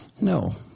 No